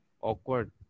awkward